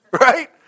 Right